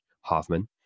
Hoffman